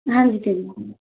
हाँ जी दे दीजिए